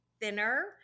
thinner